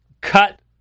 cut